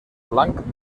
blanc